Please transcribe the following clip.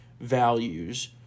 values